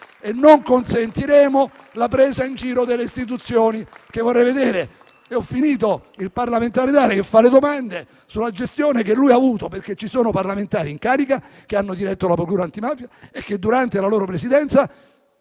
e non consentiremo la presa in giro delle istituzioni. Vorrei vedere il parlamentare che fa le domande sulla gestione che lui ha avuto, perché ci sono parlamentari in carica che hanno diretto la procura antimafia e durante la loro presidenza